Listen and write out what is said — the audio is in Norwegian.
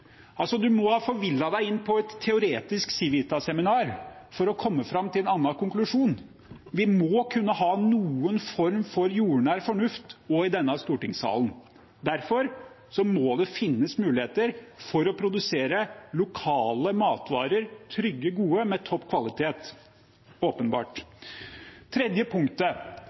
må ha forvillet seg inn på et teoretisk Civita-seminar for å komme fram til en annen konklusjon. Vi må kunne ha noen form for jordnær fornuft også i denne stortingssalen. Derfor må det finnes muligheter for å produsere lokale matvarer, trygge og gode og med topp kvalitet.